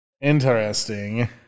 interesting